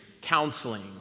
counseling